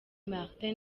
martin